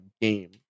game